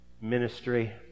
ministry